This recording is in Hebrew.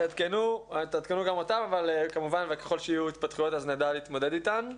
תעדכנו גם אותנו וכמובן שככל שיהיו התפתחויות אז נדע להתמודד איתן.